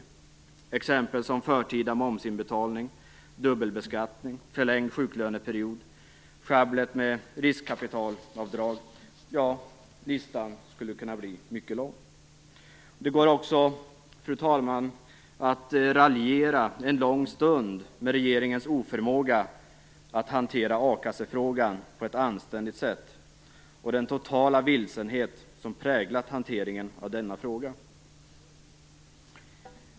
Några exempel är förtida momsinbetalning, dubbelbeskattning, förlängd sjuklöneperiod, sjabblet med riskkapitalavdrag - ja, listan skulle kunna bli mycket lång. Det går också, fru talman, att raljera en lång stund med regeringens oförmåga att hantera a-kassefrågan på ett anständigt sätt och den totala vilsenhet som präglat hanteringen av denna fråga.